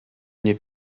мне